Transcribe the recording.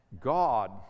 God